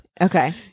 Okay